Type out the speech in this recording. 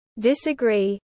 disagree